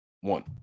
One